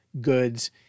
goods